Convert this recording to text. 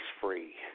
free